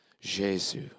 Jesus